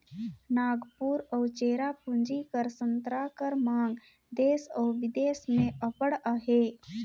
नांगपुर अउ चेरापूंजी कर संतरा कर मांग देस अउ बिदेस में अब्बड़ अहे